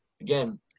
again